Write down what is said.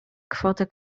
kwotę